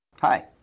Hi